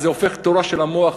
אז זה הופך תורה של המוח,